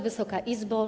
Wysoka Izbo!